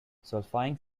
solfaing